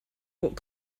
what